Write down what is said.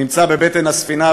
נמצא בבטן הספינה,